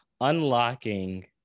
unlocking